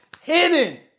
hidden